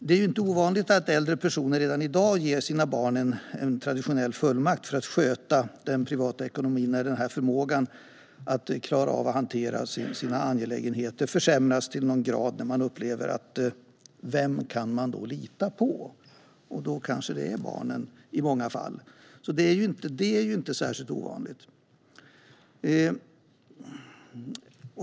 Det är inte ovanligt att äldre personer redan i dag ger sina barn en traditionell fullmakt för att sköta den privata ekonomin när förmågan att klara av att hantera sina angelägenheter försämras och man ställer sig frågan vem man kan lita på. I många fall är det barnen. Det är inte särskilt ovanligt.